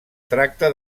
tracta